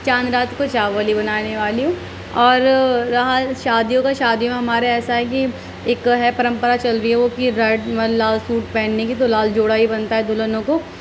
چاند رات کو چاول ہی بنانے والی ہوں اور یہاں شادیوں کا شادیوں میں ہمارے یہاں ایسا ہے کہ ایک ہے پرمپرا چل رہی وہ بھی ریڈ لال سوٹ پہننے کی تو لال جوڑا ہی بنتا ہے دلہنوں کو